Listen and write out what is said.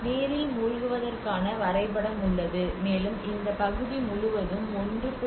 நீரில் மூழ்குவதற்கான வரைபடம் உள்ளது மேலும் இந்த பகுதி முழுவதும் 1